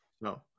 No